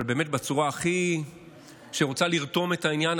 אבל באמת בצורה שהכי רוצה לרתום לעניין.